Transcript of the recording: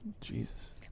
Jesus